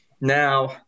Now